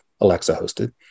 Alexa-hosted